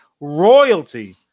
royalty